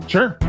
Sure